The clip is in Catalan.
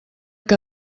que